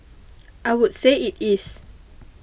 I would say it is